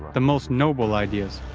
the most noble ideas.